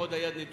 ועוד היה נטויה,